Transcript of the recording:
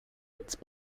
its